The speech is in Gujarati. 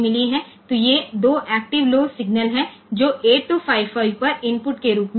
તેથી આ 2 એક્ટિવ લો સિગ્નલ્સ છે જેનો ઉપયોગ 8255 માં ઇનપુટ તરીકે થાય છે